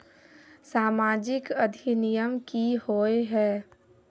सामाजिक अधिनियम की होय है?